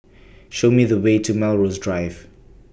Show Me The Way to Melrose Drive